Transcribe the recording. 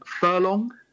furlong